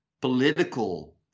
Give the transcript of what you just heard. political